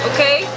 Okay